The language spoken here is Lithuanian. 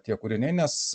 tie kūriniai nes